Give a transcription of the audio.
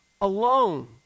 alone